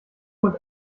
und